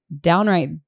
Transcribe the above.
downright